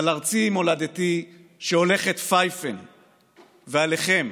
על ארצי מולדתי שהולכת פייפן ועליכם,